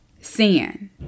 sin